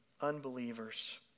unbelievers